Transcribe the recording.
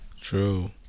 True